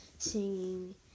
singing